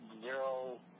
zero